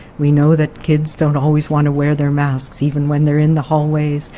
we know that kids don't always want to wear their masks, even when they're in the hallways.